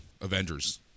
Avengers